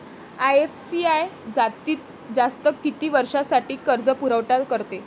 IFCI जास्तीत जास्त किती वर्षासाठी कर्जपुरवठा करते?